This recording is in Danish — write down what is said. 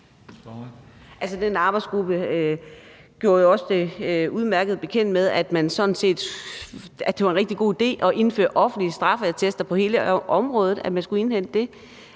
Den arbejdsgruppe gjorde os jo udmærket bekendt med, at det var en rigtig god idé at indhente offentlige straffeattester på hele området.